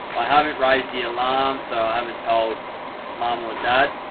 i haven't raised the alarm, so i haven't told mum or dad